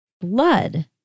blood